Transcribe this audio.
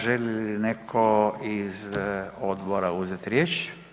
Želi li netko iz odbora uzeti riječ?